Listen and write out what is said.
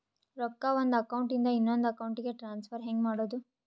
ರೊಕ್ಕ ಒಂದು ಅಕೌಂಟ್ ಇಂದ ಇನ್ನೊಂದು ಅಕೌಂಟಿಗೆ ಟ್ರಾನ್ಸ್ಫರ್ ಹೆಂಗ್ ಮಾಡೋದು?